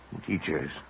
teachers